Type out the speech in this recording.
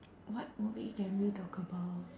what movie can we talk about